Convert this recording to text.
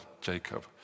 Jacob